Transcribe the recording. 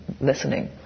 listening